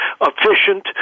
efficient